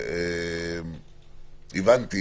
שהבנתי